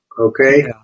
okay